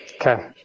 Okay